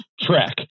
track